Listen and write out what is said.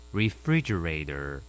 refrigerator